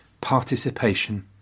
participation